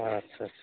ᱟᱪᱪᱷᱟ ᱪᱷᱟ